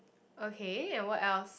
okay and what else